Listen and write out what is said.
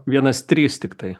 vienas trys tiktai